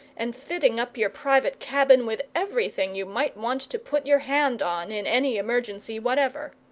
and fitting up your private cabin with everything you might want to put your hand on in any emergency whatever.